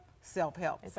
self-help